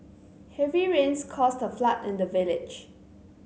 heavy rains caused a flood in the village